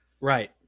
right